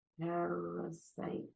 Parasite